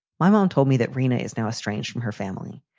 my mom told me that rina is now estranged from her family.